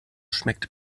schmeckt